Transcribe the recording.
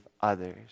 others